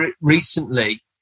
recently